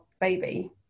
baby